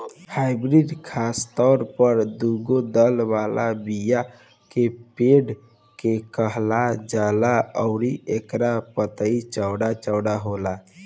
hardwood खासतौर पर दुगो दल वाला बीया के पेड़ के कहल जाला अउरी एकर पतई चौड़ा चौड़ा होला